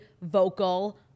vocal